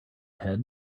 head